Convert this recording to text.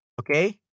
Okay